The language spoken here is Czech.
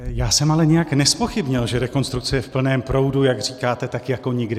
Já jsem ale nijak nezpochybnil, že rekonstrukce je v plném proudu, jak říkáte, tak jako nikdy.